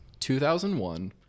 2001